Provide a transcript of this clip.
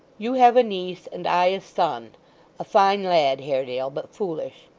you have a niece, and i a son a fine lad, haredale, but foolish.